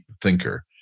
thinker